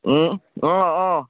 অঁ অঁ